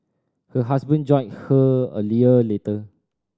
her husband joined her a year later